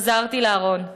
חזרתי לארון.